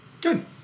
Good